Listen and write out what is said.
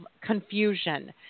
confusion